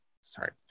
sorry